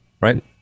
right